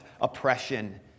oppression